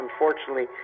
unfortunately